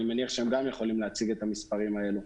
אני מניח שגם הם יכולים להציג את המספרים האלה.